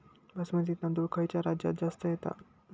बासमती तांदूळ खयच्या राज्यात जास्त येता?